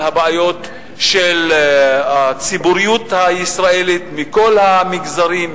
הבעיות של הציבוריות הישראלית מכל המגזרים,